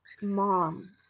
mom